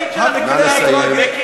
שלא יגיד שאנחנו לא מכירים.